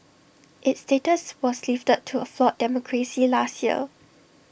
its status was lifted to A flawed democracy last year